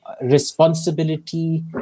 responsibility